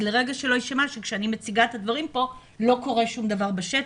אז לרגע שלא יישמע שכשאני מציגה את הדברים פה לא קורה שום דבר בשטח.